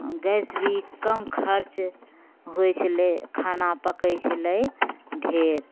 gas भी कम खर्च होइ छलै खाना पकै छलै ढ़ेर